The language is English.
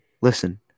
Listen